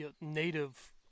native